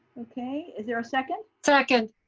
okay, is there a second? second.